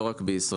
לא רק בישראל,